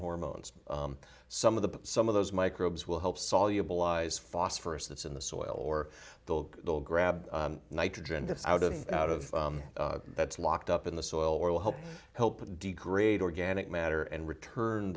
hormones some of the some of those microbes will help soluble eyes phosphorus that's in the soil or they'll they'll grab nitrogen this out of out of that's locked up in the soil or will help help degrade organic matter and return